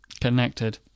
connected